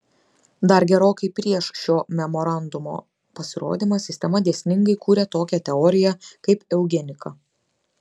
dar gerokai prieš šio memorandumo pasirodymą sistema dėsningai kūrė tokią teoriją kaip eugenika